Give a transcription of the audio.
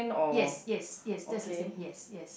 yes yes yes that's the same yes yes